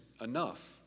enough